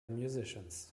musicians